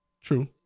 True